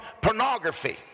pornography